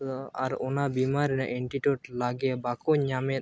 ᱛᱚ ᱟᱨ ᱚᱱᱟ ᱵᱤᱢᱟᱨᱤ ᱨᱮᱱᱟᱜ ᱮᱱᱴᱤᱴᱳᱴ ᱞᱚᱜᱚᱱ ᱵᱟᱠᱚ ᱧᱟᱢᱮᱫ